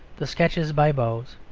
the sketches by boz,